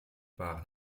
par